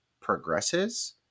progresses